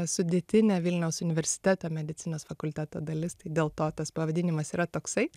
sudėtinė vilniaus universiteto medicinos fakulteto dalis tai dėl to tas pavadinimas yra toksai